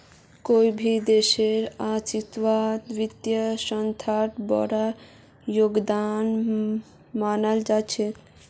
कोई भी देशेर अर्थव्यवस्थात वित्तीय संस्थार बडका योगदान मानाल जा छेक